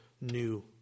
new